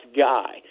guy